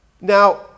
Now